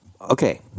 okay